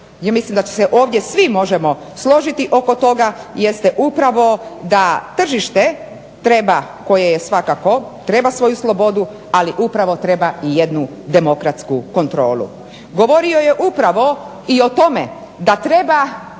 i mislim da se ovdje svi možemo složiti oko toga a to je da tržište treba koje svakako treba svoju slobodu ali upravo treba i jednu demokratsku kontrolu. Govorio je upravo o tome da treba